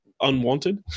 unwanted